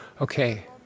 Okay